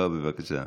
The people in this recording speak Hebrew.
בוא, בבקשה.